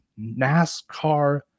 NASCAR